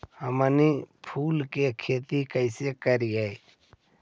हमनी फूल के खेती काएसे करियय?